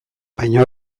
baina